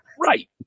Right